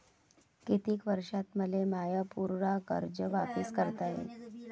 कितीक वर्षात मले माय पूर कर्ज वापिस करता येईन?